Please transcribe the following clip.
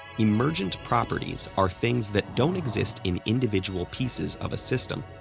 emergent properties are things that don't exist in individual pieces of a system,